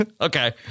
Okay